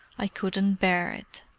i couldn't bear it.